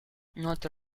not